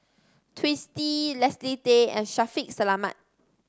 Twisstii Leslie Tay and Shaffiq Selamat